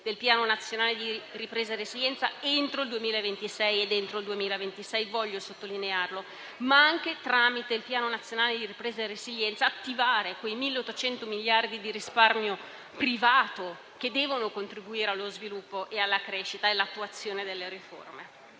del Piano nazionale di ripresa e resilienza entro il 2026 (e voglio sottolinearlo: entro il 2026), ma, tramite il Piano nazionale di ripresa e resilienza, noi dobbiamo attivare quei 1800 miliardi di risparmio privato che devono contribuire allo sviluppo, alla crescita e all'attuazione delle riforme.